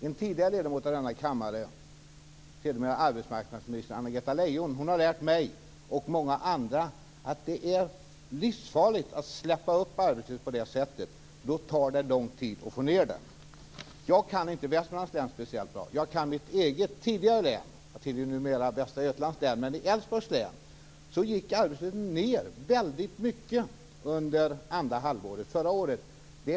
En tidigare ledamot av denna kammare och sedermera arbetsmarknadsminister, nämligen Anna-Greta Leijon, har lärt mig och många andra att det är livsfarligt att släppa upp arbetslösheten på det sätt som gjordes, för då tar det lång tid att få ned den. Jag kan inte Västmanlands län speciellt bra men jag kan mitt eget län - Älvsborgs län, som det tidigare hette. Numera tillhör vi ju Västra Götalands län. I Älvsborgs län gick arbetslösheten ned väldigt mycket under andra halvåret 1997.